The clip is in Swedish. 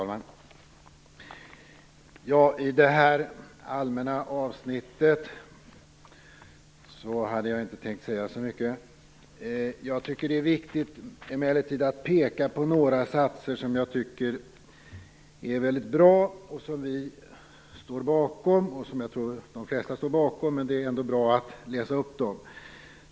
Fru talman! I det här allmänna avsnittet hade jag inte tänkt säga så mycket. Jag tycker emellertid att det är viktigt att peka på några satser som jag tycker är väldigt bra och som vi står bakom. Jag tror att de flesta står bakom dem, men det är ändå bra att läsa upp dem.